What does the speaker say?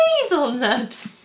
Hazelnut